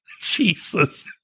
Jesus